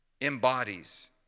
embodies